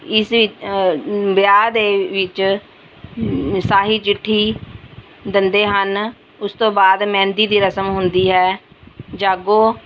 ਇਸ ਵਿੱਚ ਵਿਆਹ ਦੇ ਵਿੱਚ ਸਾਹੇ ਚਿੱਠੀ ਦਿੰਦੇ ਹਨ ਉਸ ਤੋਂ ਬਾਅਦ ਮਹਿੰਦੀ ਦੀ ਰਸਮ ਹੁੰਦੀ ਹੈ ਜਾਗੋ